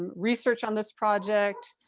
research on this project.